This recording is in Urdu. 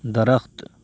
درخت